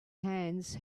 hands